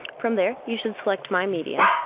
from there you should select my media.